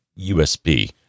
USB